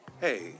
Hey